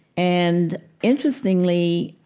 and interestingly,